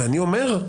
ואני אומר,